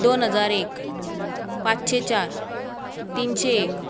दोन हजार एक पांचशें चार तिनशें एक